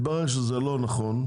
שקלים אבל מתברר שזה לא נכון.